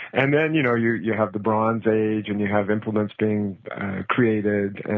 and then, you know, you you have the bronze age and you have implements thing created, and